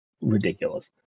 ridiculous